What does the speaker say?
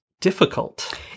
difficult